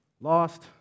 Lost